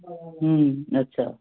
ह्म्म अच्छा